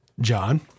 John